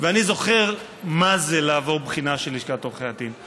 ואני זוכר מה זה לעבור בחינה של לשכת עורכי הדין.